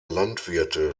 landwirte